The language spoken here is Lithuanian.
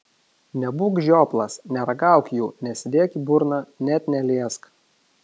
nebūk žioplas neragauk jų nesidėk į burną net neliesk